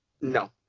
No